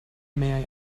may